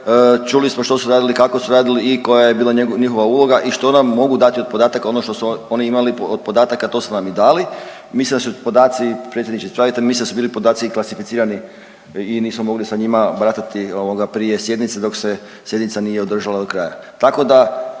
čuli smo što su radili, kako su radili i koja je bila njihova uloga i što nam mogu dati od podataka. Ono što su oni imali od podataka to su nam i dali. Mislim da su podaci, predsjedniče ispravite me, mislim da su bili podaci klasificirani i nismo mogli sa njima baratati prije sjednice dok se sjednica nije održala do kraja.